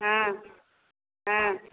हँ